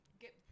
get